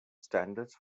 standards